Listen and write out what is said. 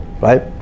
right